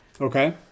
Okay